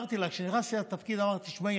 כשנכנסתי לתפקיד אמרתי לה: שמעי,